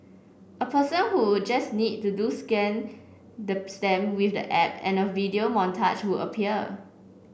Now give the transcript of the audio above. a person who just need to do scan the stamp with the app and a video montage would appear